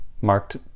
marked